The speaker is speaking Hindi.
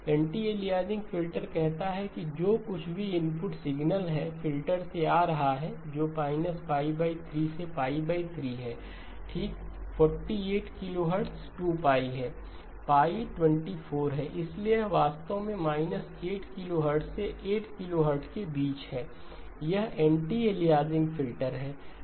एंटी एलियासिंग फिल्टर कहता है कि जो कुछ भी इनपुट सिग्नल है फिल्टर से आ रहा है जो 3 से π 3 है ठीक 48 kHz 2 π है 24 है इसलिए यह वास्तव में 8kHz से 8 kHz के बीच है यह एंटी एलियासिंग फ़िल्टर है